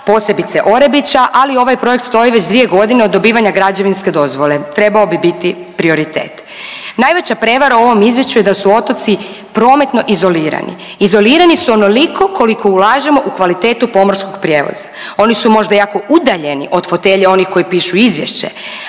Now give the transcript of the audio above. posebice Orebića, ali ovaj projekt stoji već dvije godine od dobivanja građevinske dozvole, trebao bi biti prioritet. Najveća prevare u ovom izvješću je da su otoci prometno izolirani. Izolirani su onoliko koliko ulažemo u kvalitetu pomorskog prijevoza. Oni su možda jako udaljeni od fotelje onih koji pišu izvješće,